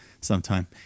sometime